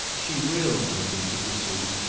she will, i think, he pursued,